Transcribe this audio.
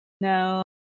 No